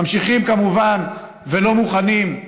וממשיכים, כמובן, ולא מוכנים,